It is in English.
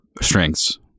strengths